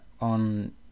on